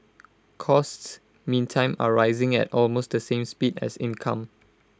costs meantime are rising at almost the same speed as income